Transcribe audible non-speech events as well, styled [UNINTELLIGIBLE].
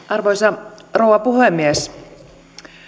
[UNINTELLIGIBLE] arvoisa rouva puhemies